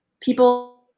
people